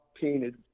painted